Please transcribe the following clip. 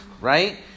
right